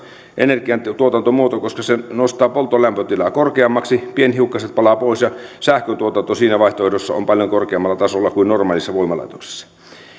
energiantuotantomuoto koska se nostaa polttolämpötilaa korkeammaksi pienhiukkaset palavat pois ja sähköntuotanto siinä vaihtoehdossa on paljon korkeammalla tasolla kuin normaalissa voimalaitoksessa